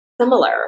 similar